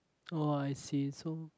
oh I see so